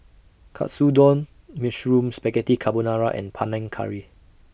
Katsudon Mushroom Spaghetti Carbonara and Panang Curry